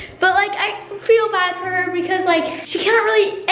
but like i feel bad for her because like she cannot really,